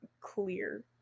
clear